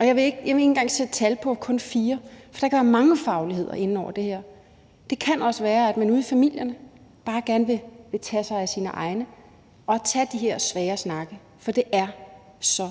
og jeg vil ikke engang sætte tal på og sige kun fire, for der kan være mange fagligheder inde over det her. Det kan også være, at man ude i familierne bare gerne vil tage sig af sine egne og tage de her svære snakke, for det er så